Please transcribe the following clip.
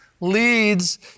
leads